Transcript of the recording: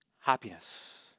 happiness